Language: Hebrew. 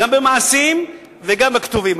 גם במעשים וגם בכתובים.